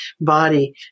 body